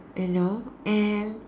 you know and